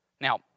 Now